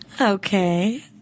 okay